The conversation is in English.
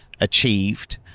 achieved